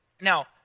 Now